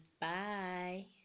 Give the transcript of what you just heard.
Bye